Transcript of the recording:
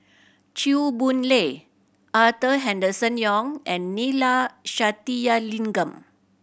Chew Boon Lay Arthur Henderson Young and Neila Sathyalingam